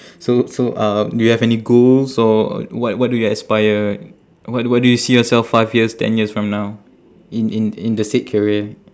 so so uh do you have any goals or what what do you aspire what what do you see yourself five years ten years from now in in in the said career